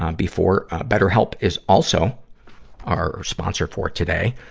um before, ah betterhelp is also our sponsor for today.